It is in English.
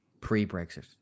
pre-Brexit